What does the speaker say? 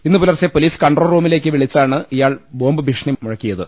ഇന്ന് പുലർച്ചെ പൊലീസ്കൺട്രോൾ റൂമിലേക്ക് വിളിച്ചാണ് ഇയാൾ ബോംബ് ഭീഷണി മുഴക്കിയത്